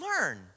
learn